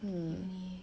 mm